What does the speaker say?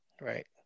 Right